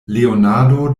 leonardo